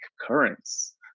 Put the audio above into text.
currents